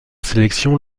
sélection